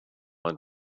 want